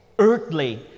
Earthly